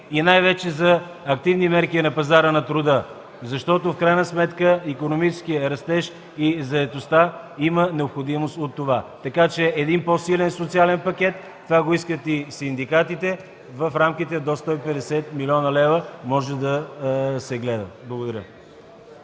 и най-вече за активни мерки на пазара на труда. В крайна сметка икономическият растеж и заетостта имат необходимост от това. Така че един по-силен социален пакет – това го искат и синдикатите в рамките до 150 млн. лв., може да се гледа. Благодаря.